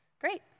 Great